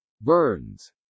Burns